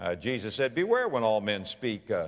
ah jesus said, beware when all men speak, ah,